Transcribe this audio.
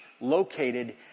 located